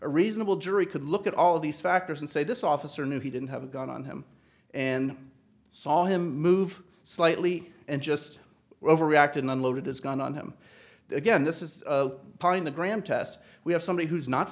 reasonable jury could look at all these factors and say this officer knew he didn't have a gun on him and saw him move slightly and just well over reacted and loaded his gun on him again this is part of the grand test we have somebody who's not